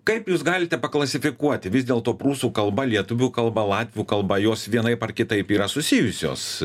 kaip jūs galite paklasifikuoti vis dėlto prūsų kalba lietuvių kalba latvių kalba jos vienaip ar kitaip yra susijusios